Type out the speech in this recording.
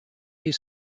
his